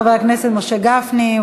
חבר הכנסת משה גפני,